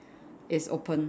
is open